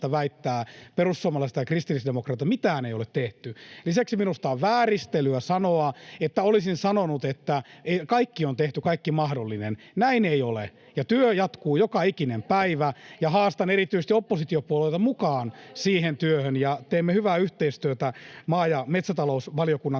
Meri: Perussuomalaiset eivät muuten sanoneet, että mitään ei ole tehty!] Lisäksi minusta on vääristelyä sanoa, että olisin sanonut, että kaikki on tehty, kaikki mahdollinen. Näin ei ole. Työ jatkuu joka ikinen päivä, ja haastan erityisesti oppositiopuolueita mukaan siihen työhön, ja teemme hyvää yhteistyötä maa‑ ja metsätalousvaliokunnan